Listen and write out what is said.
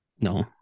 No